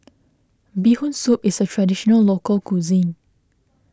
Bee Hoon Soup is a Traditional Local Cuisine